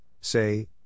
say